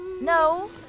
No